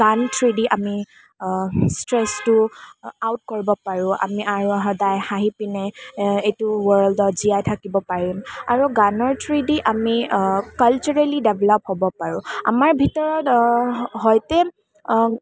গান থ্ৰোৱেদি আমি ষ্ট্ৰেছটো আউট কৰিব পাৰোঁ আমি আৰু সদায় হাঁহি পিনে এইটো ৱৰ্ল্ডত জীয়াই থাকিব পাৰিম আৰু গানৰ থ্ৰোৱেদি আমি কাল্চাৰেলি ডেভেলপ হ'ব পাৰোঁ আমাৰ ভিতৰত হয়তো